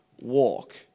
walk